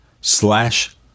slash